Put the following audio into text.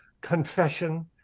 confession